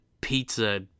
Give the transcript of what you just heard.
pizza